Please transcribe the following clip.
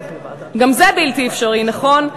גם זה בלתי אפשרי, נכון?